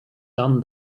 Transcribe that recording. done